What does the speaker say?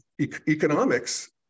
economics